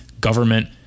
government